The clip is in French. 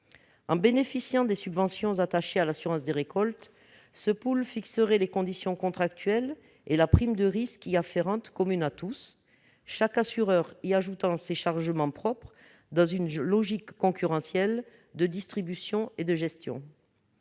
En bénéficiant des subventions attachées à l'assurance des récoltes, ce pool fixerait les conditions contractuelles et la prime de risque y afférente commune à tous, chaque assureur y ajoutant ses chargements propres dans une logique concurrentielle de distribution et de gestion.